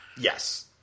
Yes